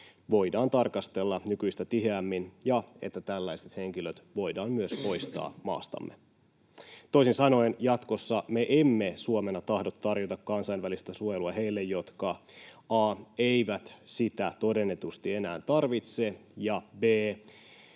voidaan tarkastella nykyistä tiheämmin ja että tällaiset henkilöt voidaan myös poistaa maastamme. Toisin sanoen jatkossa me emme Suomena tahdo tarjota kansainvälistä suojelua heille, jotka a) eivät sitä todennetusti enää tarvitse ja